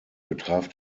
betraf